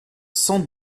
cent